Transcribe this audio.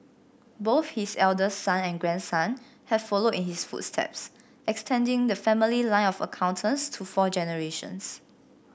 both his eldest son and grandson have followed in his footsteps extending the family line of accountants to four generations